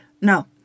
No